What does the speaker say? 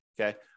Okay